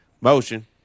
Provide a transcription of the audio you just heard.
Motion